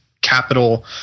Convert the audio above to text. capital